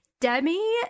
Demi